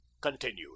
continued